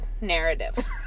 narrative